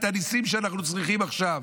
את הניסים שאנחנו צריכים עכשיו.